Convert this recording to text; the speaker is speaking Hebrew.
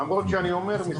למרות שאני אומר,